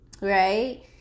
right